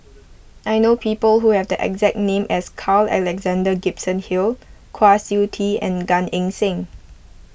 I know people who have the exact name as Carl Alexander Gibson Hill Kwa Siew Tee and Gan Eng Seng